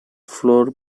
floor